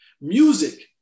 Music